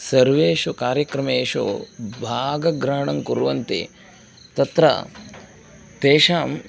सर्वेषु कार्यक्रमेषु भागग्रहणं कुर्वन्ति तत्र तेषाम्